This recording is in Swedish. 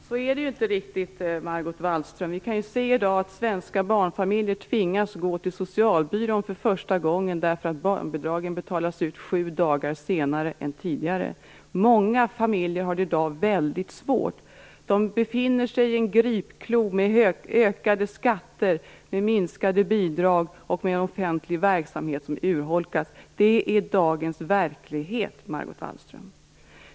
Fru talman! Så är det inte riktigt, Margot Wallström. Vi kan i dag se att svenska barnfamiljer tvingas gå till socialbyrån för första gången därför att barnbidragen betalas ut sju dagar senare än tidigare. Många familjer har det i dag väldigt svårt. De befinner sig i en gripklo med ökade skatter, minskade bidrag och med en offentlig verksamhet som har urholkats. Det är dagens verklighet, Margot Wallström.